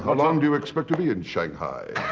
ah long do you expect to be in shanghai?